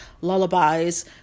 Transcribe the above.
lullabies